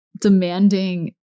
demanding